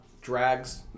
drags